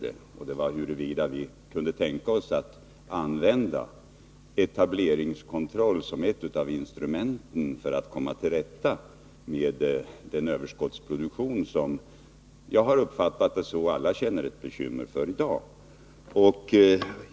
Den gällde huruvida vi skulle kunna tänka oss att använda etableringskontroll som ett av instrumenten för att komma till rätta med den överskottsproduktion som alla — jag har uppfattat det så — hyser bekymmer för i dag.